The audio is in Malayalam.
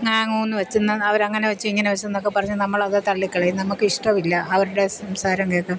ങ്ങാ ങ്ങൂന്ന് വെച്ച്ന്നും അവർ അങ്ങനെ വെച്ചു ഇങ്ങനെ വെച്ച് എന്നൊക്കെ പറഞ്ഞ് നമ്മളത് തള്ളിക്കളയും നമുക്ക് ഇഷ്ടമില്ല അവരുടെ സംസാരം കേൾക്കാൻ